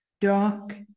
Dark